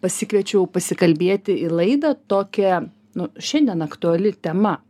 pasikviečiau pasikalbėti į laidą tokia nu šiandien aktuali tema